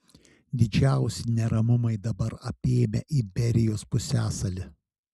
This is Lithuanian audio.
didžiausi neramumai dabar apėmę iberijos pusiasalį